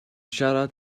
siarad